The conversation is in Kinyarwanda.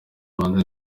rwanda